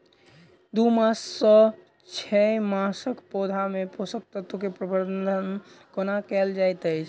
दू मास सँ छै मासक पौधा मे पोसक तत्त्व केँ प्रबंधन कोना कएल जाइत अछि?